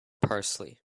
parsley